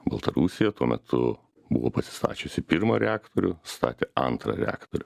baltarusija tuo metu buvo pasistačiusi pirmą reaktorių statė antrą reaktorių